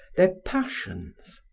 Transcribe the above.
their passions.